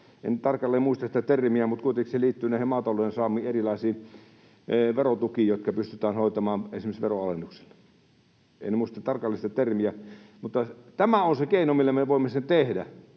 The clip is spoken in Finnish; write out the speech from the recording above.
en tarkalleen muista sitä termiä, mutta kuitenkin se liittyy näihin erilaisiin maatalouden saamiin verotukiin, jotka pystytään hoitamaan esimerkiksi veronalennuksilla. En muista tarkalleen sitä termiä, mutta tämä on se keino, millä me voimme sen tehdä,